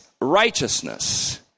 righteousness